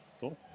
cool